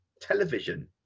television